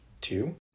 two